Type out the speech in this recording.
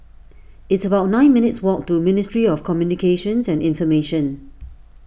it's about nine minutes' walk to Ministry of Communications and Information